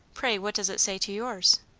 pray, what does it say to yours?